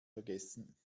vergessen